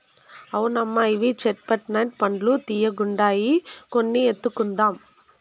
అవునమ్మా ఇవి చేట్ పట్ నట్ పండ్లు తీయ్యగుండాయి కొన్ని ఎత్తుకుందాం